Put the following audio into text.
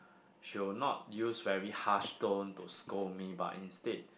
she'll not use very harsh tone to scold me but instead